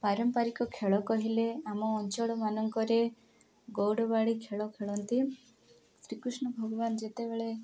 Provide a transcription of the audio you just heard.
ପାରମ୍ପାରିକ ଖେଳ କହିଲେ ଆମ ଅଞ୍ଚଳମାନଙ୍କରେ ଗୌଡ଼ବାଡ଼ି ଖେଳ ଖେଳନ୍ତି ଶ୍ରୀକୃଷ୍ଣ ଭଗବାନ ଯେତେବେଳେ